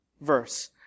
verse